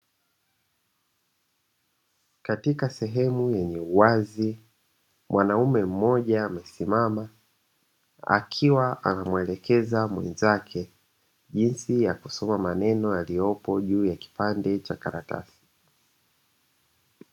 Katika sehemu yenye uwazi mwanaume mmoja amesimama akiwa anamuelekeza mwenzake jinsi ya kusoma maneno yaliyopo kwenye kipande cha karatasi.